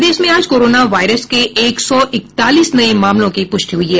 प्रदेश में आज corona virus के एक सौ एकतालीस नये मामलों की प्रष्टि हई है